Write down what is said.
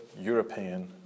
European